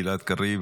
גלעד קריב,